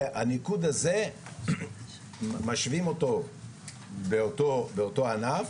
והניקוד הזה משווים אותו באותו ענף,